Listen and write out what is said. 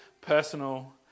personal